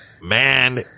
man